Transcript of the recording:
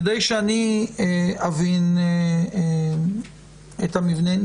כדי שאני אבין את המבנה,